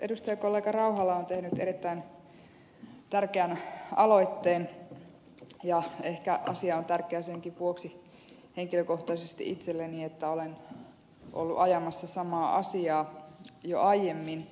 edustajakollega rauhala on tehnyt erittäin tärkeän aloitteen ja ehkä asia on tärkeä senkin vuoksi henkilökohtaisesti itselleni että olen ollut ajamassa samaa asiaa jo aiemmin